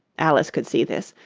alice could see this,